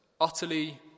utterly